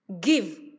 give